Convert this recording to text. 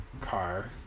car